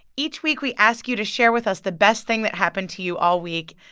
each week, we ask you to share with us the best thing that happened to you all week.